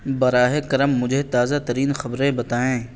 براہ کرم مجھے تازہ ترین خبریں بتائیں